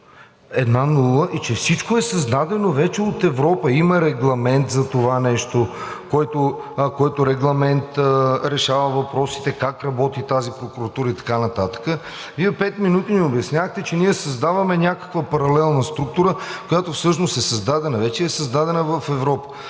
една нула, и че всичко е създадено вече от Европа, има регламент за това нещо, който регламент решава въпросите как работи тази прокуратура и така нататък. Вие пет минути ни обяснявахте, че ние създаваме някаква паралелна структура, която всъщност е създадена вече и е създадена в Европа.